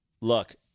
look